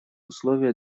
условия